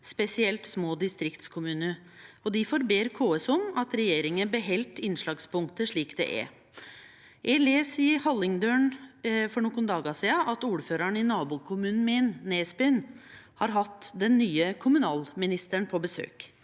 spesielt små distriktskommunar. Difor ber KS om at regjeringa beheld innslagspunktet slik det er. Eg las i Hallingdølen for nokon dagar sidan at ordføraren i nabokommunen min, Nesbyen, har hatt den nye kommunalministeren på besøk.